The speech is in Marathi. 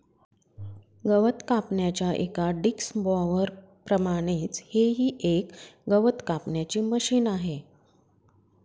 गवत कापण्याच्या एका डिक्स मॉवर प्रमाणेच हे ही एक गवत कापण्याचे मशिन आहे